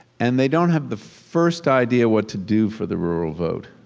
and they don't have the first idea what to do for the rural vote,